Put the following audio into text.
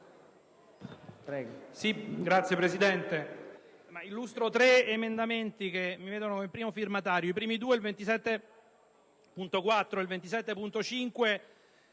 Prego